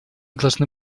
должны